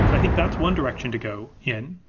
i think that's one direction to go in.